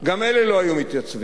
גם אלה לא היו מתייצבים.